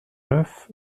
neuf